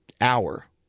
hour